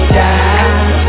die